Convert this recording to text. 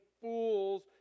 fools